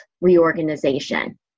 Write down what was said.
reorganization